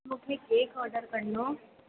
मूंखे cake order करिणो आहे